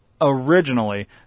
Originally